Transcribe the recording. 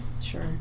Sure